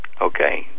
Okay